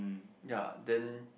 ya then